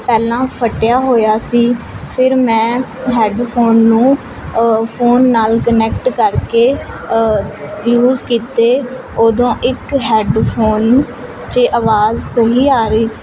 ਪਹਿਲਾਂ ਫਟਿਆ ਹੋਇਆ ਸੀ ਫਿਰ ਮੈਂ ਹੈਡਫੋਨ ਨੂੰ ਫੋਨ ਨਾਲ ਕਨੈਕਟ ਕਰਕੇ ਯੂਸ ਕੀਤੇ ਉਦੋਂ ਇੱਕ ਹੈਡਫੋਨ 'ਚ ਆਵਾਜ਼ ਸਹੀ ਆ ਰਹੀ ਸ